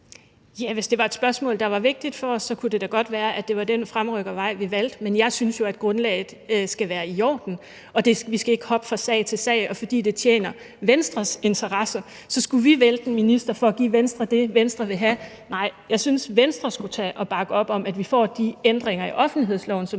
hvis det var et spørgsmål, der var vigtigt for os, så kunne det da godt være, at det var den fremrykkervej, vi valgte. Men jeg synes jo, at grundlaget skal være i orden, og vi skal ikke hoppe fra sag til sag. Skulle vi så, fordi det tjener Venstres interesser, vælte en minister for at give Venstre det, Venstre vil have? Nej, jeg synes, Venstre skulle tage og bakke op om, at vi får de ændringer i offentlighedsloven, som